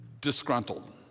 disgruntled